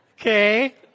Okay